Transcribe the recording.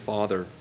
Father